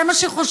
זה מה שחושבים,